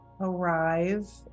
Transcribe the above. arrive